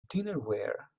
dinnerware